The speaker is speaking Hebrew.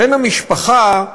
בן-המשפחה,